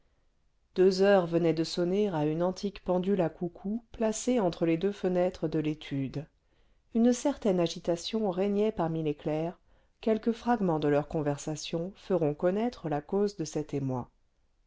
deux heures venaient de sonner à une antique pendule à coucou placée entre les deux fenêtres de l'étude une certaine agitation régnait parmi les clercs quelques fragments de leur conversation feront connaître la cause de cet émoi